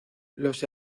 los